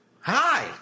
Hi